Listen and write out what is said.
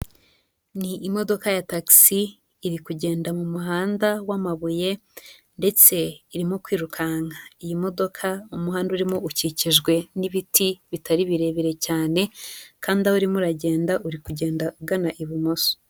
Ni imodoka ya taxi, iri kugenda mu muhanda w'amabuye ndetse irimo kwirukanka. Iyi modoka, umuhanda urimo ukikijwe n'ibiti bitari birebire cyane kandi aho urimo uragenda, uri kugenda ugana ibumoso.